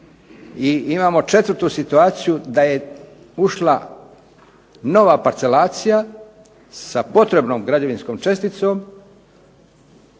I imamo četvrtu situaciju da je ušla nova parcelacija sa potrebnom građevinskom česticom